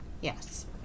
yes